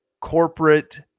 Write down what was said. corporate